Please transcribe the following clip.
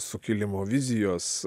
sukilimo vizijos